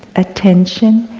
attention,